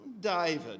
David